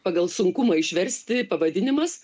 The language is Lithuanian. pagal sunkumą išversti pavadinimas